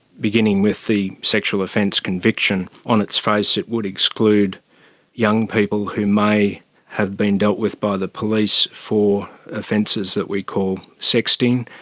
beginning with the sexual offence conviction. on its face it would exclude young people who may have been dealt with by the police for offences that we call sexting,